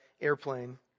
airplane